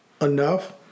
enough